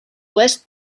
oest